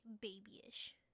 babyish